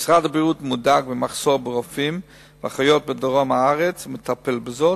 משרד הבריאות מודאג מהמחסור ברופאים ואחיות בדרום הארץ ומטפל בזה.